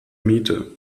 miete